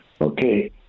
Okay